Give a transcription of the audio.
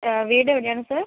വീട് എവിടെ ആണ് സർ